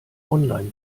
online